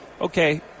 Okay